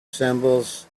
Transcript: symbols